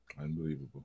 Unbelievable